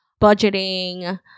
budgeting